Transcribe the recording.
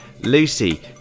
Lucy